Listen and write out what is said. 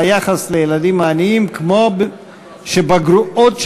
היחס לילדים העניים כמו בגרועות שבמדינות,